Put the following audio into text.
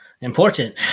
Important